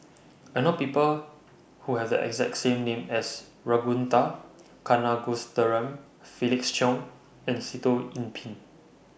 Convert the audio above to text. I know People Who Have The exact same name as Ragunathar Kanagasuntheram Felix Cheong and Sitoh Yih Pin